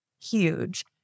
huge